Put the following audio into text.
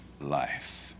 life